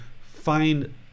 find